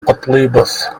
котлыйбыз